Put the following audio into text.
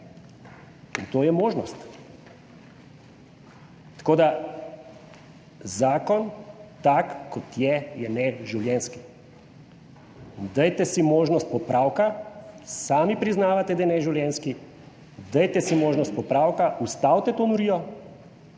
in to je možnost. Tako, da zakon tak kot je, je neživljenjski in dajte si možnost popravka. Sami priznavate, da je neživljenjski, dajte si možnost popravka. Ustavite to norijo,